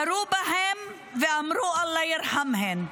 ירו בהם ואמרו: אללה ירחמם.